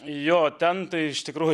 jo ten tai iš tikrųjų